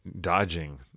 dodging